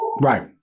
Right